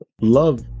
love